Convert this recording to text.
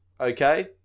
Okay